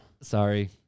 Sorry